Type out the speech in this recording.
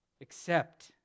accept